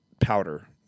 powder